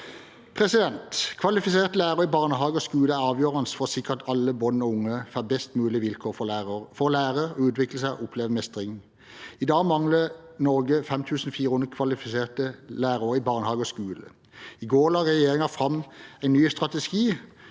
minstekrav. Kvalifiserte lærere i barnehage og skole er avgjørende for å sikre at alle barn og unge får best mulig vilkår for å lære, utvikle seg og oppleve mestring. I dag mangler Norge 5 400 kvalifiserte lærere i barnehage og skole. I går la regjeringen fram en ny strategi,